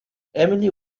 emily